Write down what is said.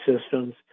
systems